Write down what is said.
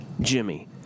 Jimmy